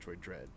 Dread